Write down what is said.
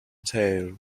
tail